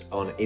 on